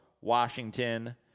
Washington